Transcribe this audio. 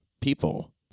people